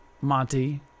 Monty